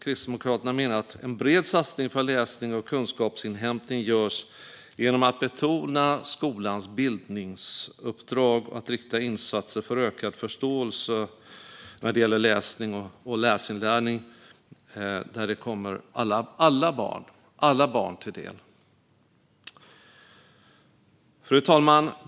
Kristdemokraterna menar att en bred satsning på läsning och kunskapsinhämtning görs genom att betona skolans bildningsuppdrag och rikta insatser för ökad läsförståelse och läsinlärning så att de kommer alla barn till del. Fru talman!